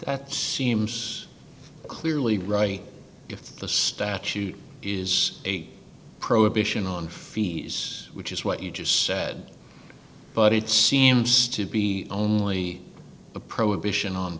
seems clearly right if the statute is a prohibition on fees which is what you just said but it seems to be only a prohibition on